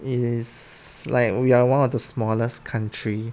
it is like we are one of the smallest country